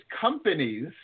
companies